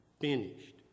finished